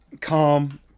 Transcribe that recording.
calm